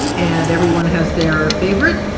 and everyone has their favorite.